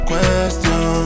Question